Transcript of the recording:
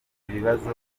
ibibazo